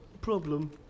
problem